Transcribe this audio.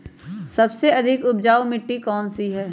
सबसे अधिक उपजाऊ मिट्टी कौन सी हैं?